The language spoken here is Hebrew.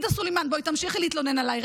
עאידה סלימאן, בואי, תמשיכי להתלונן עליי.